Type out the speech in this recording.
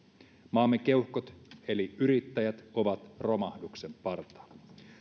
maamme keuhkot eli yrittäjät ovat romahduksen partaalla